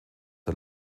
der